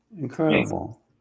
Incredible